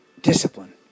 discipline